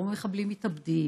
לא מחבלים מתאבדים,